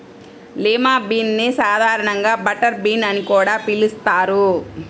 lima bean ని సాధారణంగా butter bean అని కూడా పిలుస్తారు